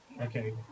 okay